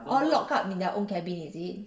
all lock up in their own cabin is it